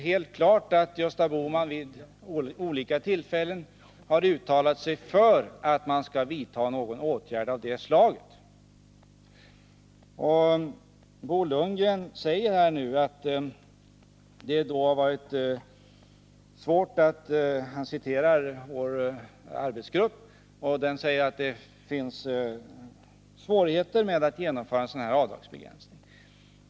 Gösta Bohman har vid olika tillfällen uttalat sig för att någon åtgärd av detta slag bör vidtas. Bo Lundgren säger nu — och han citerar vår arbetsgrupp — att det föreligger svårigheter när det gäller att genomföra en sådan avdragsbegränsning.